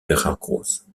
veracruz